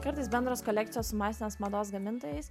kartais bendros kolekcijos masinės mados gamintojais